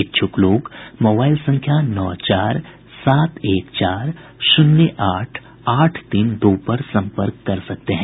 इच्छुक लोग मोबाईल संख्या संख्या नौ चार सात एक चार शून्य आठ आठ तीन दो पर सम्पर्क कर सकते हैं